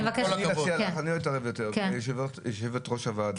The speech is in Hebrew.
אני מציע לך אני לא אתערב יותר יושבת ראש הוועדה,